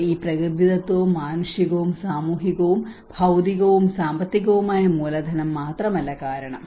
അത് ഈ പ്രകൃതിദത്തവും മാനുഷികവും സാമൂഹികവും ഭൌതികവും സാമ്പത്തികവുമായ മൂലധനം മാത്രമല്ല കാരണം